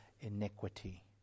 iniquity